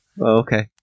okay